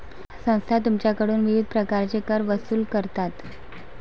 संस्था तुमच्याकडून विविध प्रकारचे कर वसूल करतात